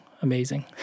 Amazing